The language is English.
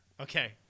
Okay